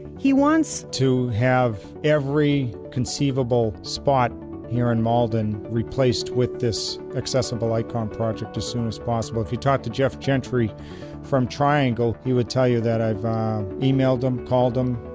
he wants. to have every conceivable spot here in malden replaced with this accessible icon project as soon as possible. if you talk to jeff gentry from triangle, he would tell you that i've um emailed him, called him,